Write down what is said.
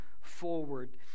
forward